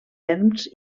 erms